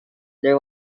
there